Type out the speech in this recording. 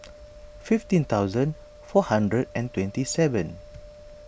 fifteen thousand four hundred and twenty seven